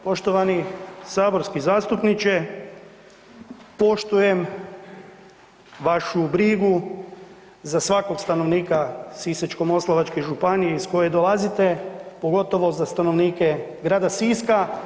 Poštovani saborski zastupniče poštujem vašu brigu za svakog stanovnika Sisačko-moslavačke županije iz koje dolazite, pogotovo za stanovnike grada Siska.